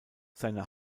seine